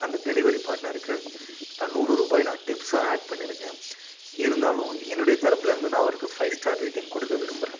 அந்த டெலிவரி பார்ட்னருக்கு நா நூறு ருபாய் நான் டிப்ஸும் ஆட் பண்ணிருக்கேன் இருந்தாலும் என்னுடைய தரப்புலிருந்து நான் அவருக்கு ஃபைவ் ஸ்டார் ரேட்டிங் கொடுக்க விரும்புகிறேன்